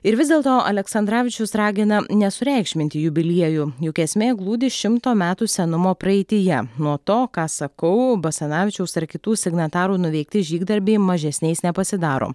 ir vis dėlto aleksandravičius ragina nesureikšminti jubiliejų juk esmė glūdi šimto metų senumo praeityje nuo to ką sakau basanavičiaus ar kitų signatarų nuveikti žygdarbiai mažesniais nepasidaro